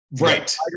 Right